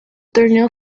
torneo